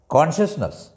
Consciousness